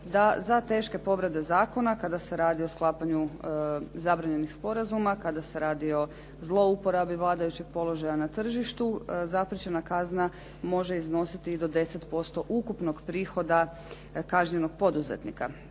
da za teške povrede zakona kada se radi o sklapanju zabranjenih sporazuma kada se radi o zlouporabi vladajućeg položaja na tržištu, zapriječena kazna može iznositi i do 10% ukupnog prihoda kažnjenog poduzetnika.